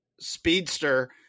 speedster